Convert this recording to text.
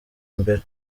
imbere